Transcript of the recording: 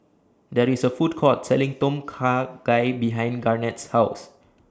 There IS A Food Court Selling Tom Kha Gai behind Garnett's House